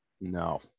No